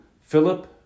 Philip